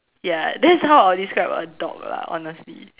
ya that's how I'll describe a dog lah honestly